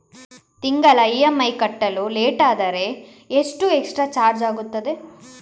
ತಿಂಗಳ ಇ.ಎಂ.ಐ ಕಟ್ಟಲು ಲೇಟಾದರೆ ಎಷ್ಟು ಎಕ್ಸ್ಟ್ರಾ ಚಾರ್ಜ್ ಆಗುತ್ತದೆ?